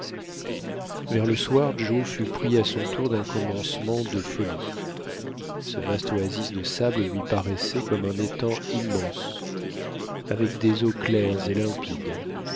vers le soir joe fut pris à son tour d'un commencement de folie ce vaste oasis de sable lui paraissait comme un étang immense avec des eaux claires et limpides